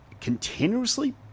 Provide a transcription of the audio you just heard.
continuously